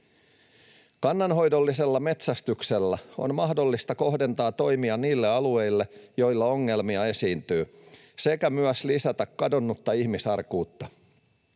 Kannanhoidollisella metsästyksellä on mahdollista kohdentaa toimia niille alueille, joilla ongelmia esiintyy, sekä myös lisätä kadonnutta ihmisarkuutta.